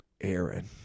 Aaron